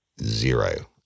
Zero